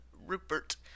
Rupert